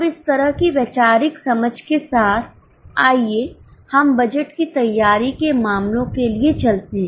अब इस तरह की वैचारिक समझ के साथ आइए हम बजट की तैयारी के मामलों के लिए चलते हैं